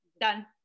done